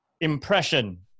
impression